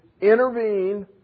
intervene